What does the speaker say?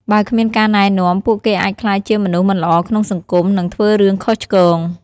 បើគ្មានការណែនាំ ពួកគេអាចក្លាយជាមនុស្សមិនល្អក្នុងសង្គម និងធ្វើរឿងខុសឆ្គង។